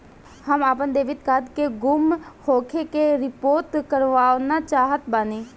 हम आपन debit card के गुम होखे के रिपोर्ट करवाना चाहत बानी